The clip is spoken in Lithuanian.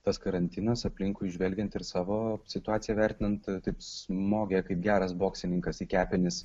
tas karantinas aplinkui žvelgiant ir savo situaciją vertinti taip smogė kaip geras boksininkas į kepenis